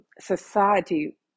society